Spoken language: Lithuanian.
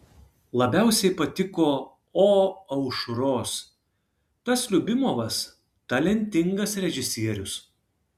labiausiai patiko o aušros tas liubimovas talentingas režisierius